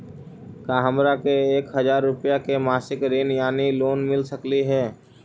का हमरा के एक हजार रुपया के मासिक ऋण यानी लोन मिल सकली हे?